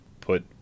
put